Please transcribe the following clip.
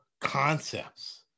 concepts